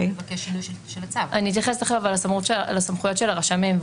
אני אתייחס תיכף לסמכויות של הרשמים,